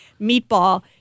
meatball